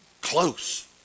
close